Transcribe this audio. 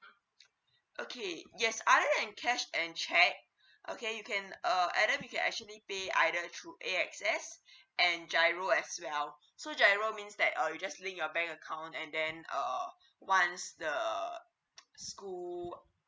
okay yes other than cash and cheque okay you can uh adam you can actually pay either through A_X_S and giro as well so giro means that uh you just link your bank account and then uh once the school